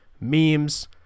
memes